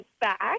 back